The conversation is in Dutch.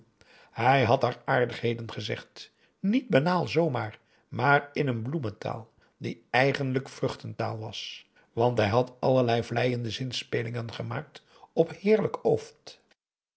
hij had haar aardigheden gezegd niet banaal zoo maar maar in een bloementaal die eigenlijk vruchtentaal was want hij had allerlei vleiende zinspelingen gemaakt op heerlijk